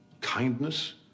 kindness